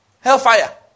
Hellfire